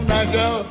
Nigel